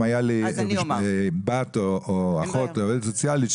אם הייתה לי בת או אחות עובדת סוציאלית,